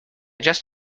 just